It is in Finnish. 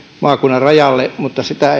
maakunnan rajalle mutta sitä